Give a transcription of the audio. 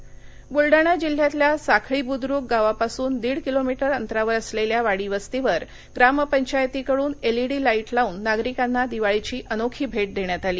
वीज बुलडाणा ब्लडाणा जिल्ह्यातल्या साखळी ब्रुद्रक गावापासून दीड किलोमिटर अंतरावर असलेल्या वाडी वस्तीवर ग्रामपंचायतीकडून एलईडी लाईट लावून नागरिकांना दिवाळीची अनोखी भेट देण्यात आली